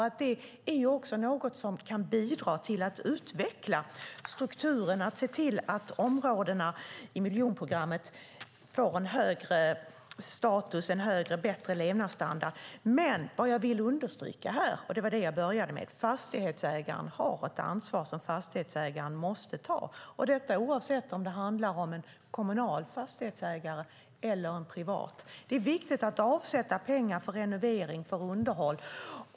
Att man ser till att områdena i miljonprogrammet får en högre status och att levnadsstandarden blir högre och bättre är också något som kan bidra till att utveckla strukturen. Men det som jag vill understryka - det var det som jag började med - är att fastighetsägaren har ett ansvar som fastighetsägaren måste ta, oavsett om det handlar om en kommunal eller en privat fastighetsägare. Det är viktigt att avsätta pengar för renovering och underhåll.